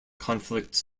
conflicts